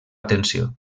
atenció